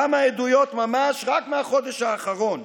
כמה עדויות ממש רק מהחודש האחרון: